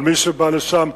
אבל מי שבא לשם,